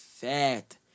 fat